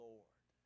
Lord